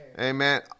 Amen